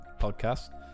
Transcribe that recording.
podcast